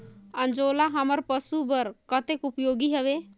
अंजोला हमर पशु बर कतेक उपयोगी हवे?